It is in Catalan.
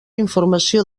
informació